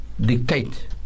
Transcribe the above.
dictate